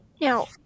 Now